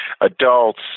adults